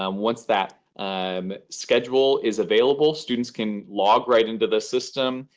um once that um schedule is available, students can log right into the system,